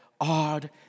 odd